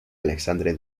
alexandre